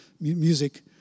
music